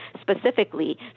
specifically